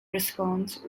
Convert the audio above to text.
response